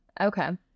Okay